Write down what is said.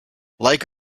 like